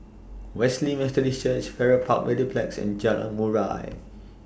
Wesley Methodist Church Farrer Park Mediplex and Jalan Murai